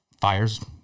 fires